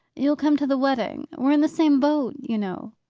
you'll come to the wedding? we're in the same boat, you know.